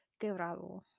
quebrado